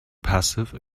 passive